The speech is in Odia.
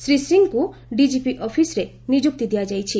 ଶ୍ରୀ ସିଂଙ୍କୁ ଡିଜିପି ଅଫିସ୍ରେ ନିଯୁକ୍ତି ଦିଆଯାଇଛି